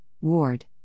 Ward